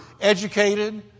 educated